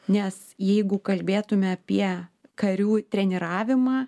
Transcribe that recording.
nes jeigu kalbėtume apie karių treniravimą